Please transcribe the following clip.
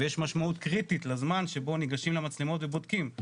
ויש משמעות קריטית לזמן שבו ניגשים למצלמות ובודקים.